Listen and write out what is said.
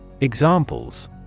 Examples